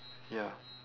ya